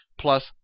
plus